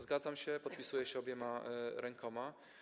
Zgadzam się, podpisuję się obiema rękoma.